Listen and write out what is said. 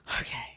Okay